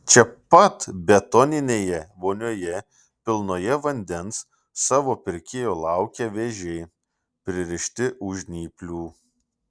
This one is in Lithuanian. čia pat betoninėje vonioje pilnoje vandens savo pirkėjo laukia vėžiai pririšti už žnyplių